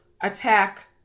attack